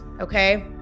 Okay